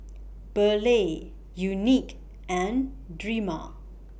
Burley Unique and Drema